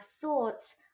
thoughts